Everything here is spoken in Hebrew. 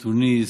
תוניס,